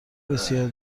بسیار